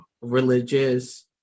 religious